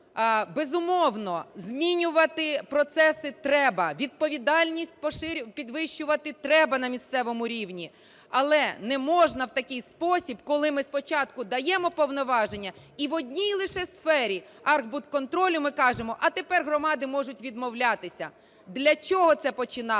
безумовно, змінювати процеси треба, відповідальність підвищувати треба на місцевому рівні, але не можна в такий спосіб, коли ми спочатку даємо повноваження, і в одній лише сфері – архбудконтролю – ми кажемо: а тепер громади можуть відмовлятися. Для чого це починалося?